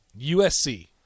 USC